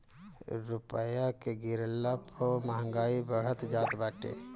रूपया के गिरला पअ महंगाई बढ़त जात बाटे